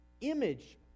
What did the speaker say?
image